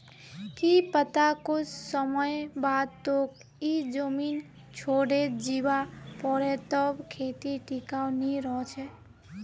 की पता कुछ समय बाद तोक ई जमीन छोडे जीवा पोरे तब खेती टिकाऊ नी रह छे